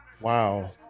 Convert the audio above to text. wow